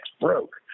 broke